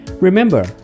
Remember